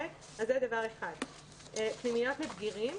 פנימיות לבגירים,